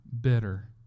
bitter